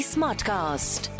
Smartcast